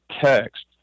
text